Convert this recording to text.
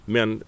Men